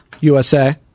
USA